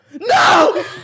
No